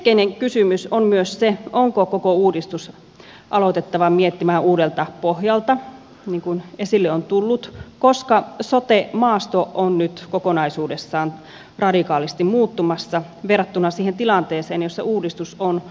keskeinen kysymys on myös se onko koko uudistus aloitettava miettimään uudelta pohjalta niin kuin esille on tullut koska sote maasto on nyt kokonaisuudessaan radikaalisti muuttumassa verrattuna siihen tilanteeseen jossa uudistus on valmisteltu